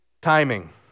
timing